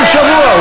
כל שבוע.